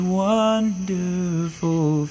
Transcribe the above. wonderful